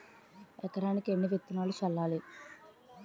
ఎకరానికి ఎన్ని విత్తనాలు చల్లాలి?